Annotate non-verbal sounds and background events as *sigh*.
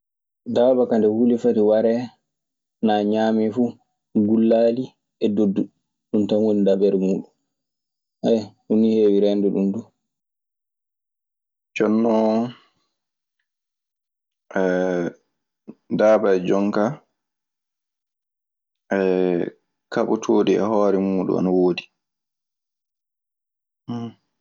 Daaba kaa nde huli fati waree, naa ñaamii fu, gullaali e doddu, ɗun tan woni dabare muuɗun. *hesitation* ɗun nii heewi reende ɗun. *hesitation* Jonnon *hesitation* daabaa jonkaa *hesitation* kaɓotooɗi e hoore muuɗun ana woodi. *noise*